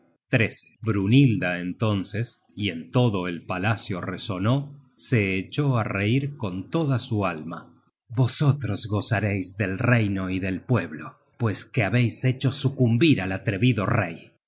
engendrado cinco hijos valientes para reforzar el ejército brynhilda entonces y en todo el palacio resonó se echó á reir con toda su alma vosotros gozareis del reino y del pueblo pues que habeis hecho sucumbir al atrevido rey